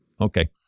Okay